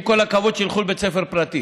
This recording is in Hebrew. עם כל הכבוד, שילכו לבית ספר פרטי.